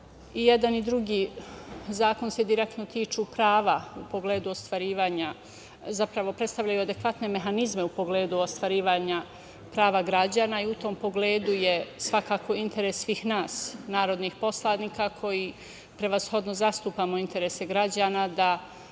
jedan i drugi zakon se direktno tiču prava u pogledu ostvarivanja, zapravo predstavljaju adekvatne mehanizme u pogledu ostvarivanja prava građana i u tom pogledu je svakako interes svih nas, narodnih poslanika, koji prevashodno zastupamo interese građana, da